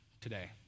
today